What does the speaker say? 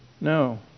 No